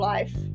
Life